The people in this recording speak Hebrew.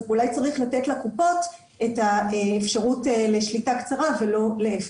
אולי צריך לתת לקופות את האפשרות לשליטה קצרה ולא להפך.